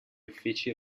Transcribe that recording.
uffici